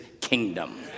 kingdom